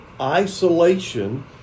isolation